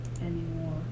anymore